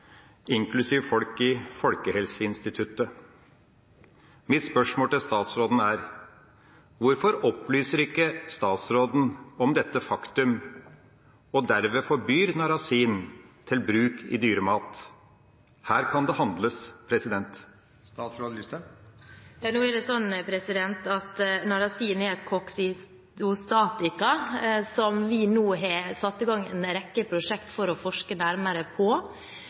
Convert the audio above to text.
inklusiv folk på Folkehelseinstituttet. Mitt spørsmål til statsråden er: Hvorfor opplyser ikke statsråden om dette faktum, og derved forbyr narasin til bruk i dyremat? Her kan det handles. Narasin er et koksidiostatika som vi nå har satt i gang en rekke prosjekter om for å forske nærmere på.